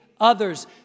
others